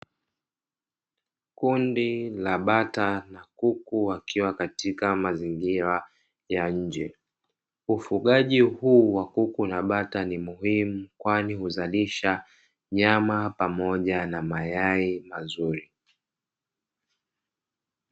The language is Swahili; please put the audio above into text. Kundi la bata na kuku wakiwa katika mazingira ya nje. Ufugaji huu wa kuku na bata ni muhimu, kwani huzalisha nyama pamoja na mayai mazuri.